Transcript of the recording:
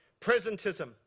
presentism